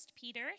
Peter